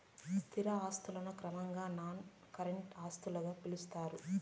స్థిర ఆస్తులను క్రమంగా నాన్ కరెంట్ ఆస్తులుగా పిలుత్తారు